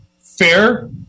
fair